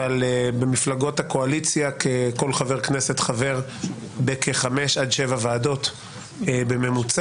אבל במפלגות הקואליציה כל חבר כנסת חבר בכחמש עד שבע ועדות בממוצע,